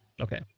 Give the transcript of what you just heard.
Okay